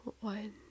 one